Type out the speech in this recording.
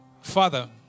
Father